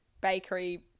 bakery